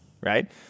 right